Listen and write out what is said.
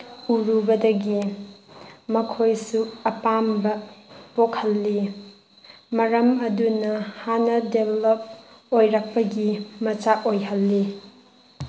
ꯎꯔꯨꯕꯗꯒꯤ ꯃꯈꯣꯏꯁꯨ ꯑꯄꯥꯝꯕ ꯄꯣꯛꯍꯜꯂꯤ ꯃꯔꯝ ꯑꯗꯨꯅ ꯍꯥꯟꯅ ꯗꯦꯕꯂꯞ ꯑꯣꯏꯔꯛꯄꯒꯤ ꯃꯆꯥꯛ ꯑꯣꯏꯍꯜꯂꯤ